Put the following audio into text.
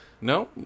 No